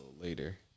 later